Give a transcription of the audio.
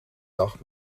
dag